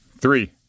Three